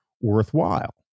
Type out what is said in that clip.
worthwhile